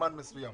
זאת